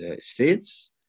States